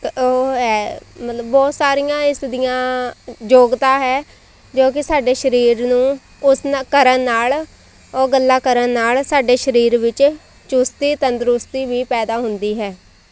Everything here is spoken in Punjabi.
ਉਹ ਹੈ ਮਤਲਬ ਬਹੁਤ ਸਾਰੀਆਂ ਇਸ ਦੀਆਂ ਯੋਗਤਾ ਹੈ ਜੋ ਕਿ ਸਾਡੇ ਸਰੀਰ ਨੂੰ ਉਸ ਨਾ ਕਰਨ ਨਾਲ ਉਹ ਗੱਲਾਂ ਕਰਨ ਨਾਲ ਸਾਡੇ ਸਰੀਰ ਵਿੱਚ ਚੁਸਤੀ ਤੰਦਰੁਸਤੀ ਵੀ ਪੈਦਾ ਹੁੰਦੀ ਹੈ